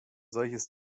solches